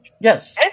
Yes